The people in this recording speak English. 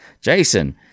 Jason